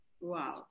Wow